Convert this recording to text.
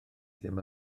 ddim